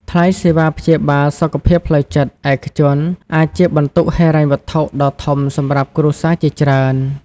ថ្លៃសេវាព្យាបាលសុខភាពផ្លូវចិត្តឯកជនអាចជាបន្ទុកហិរញ្ញវត្ថុដ៏ធំសម្រាប់គ្រួសារជាច្រើន។